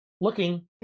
Looking